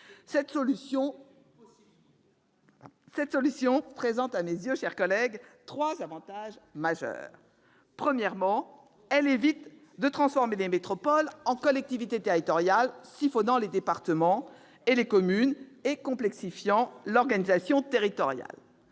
Cette solution présente à mes yeux trois avantages majeurs. Premièrement, elle évite de transformer les métropoles en collectivités territoriales siphonnant les départements et les communes et complexifiant encore l'organisation territoriale.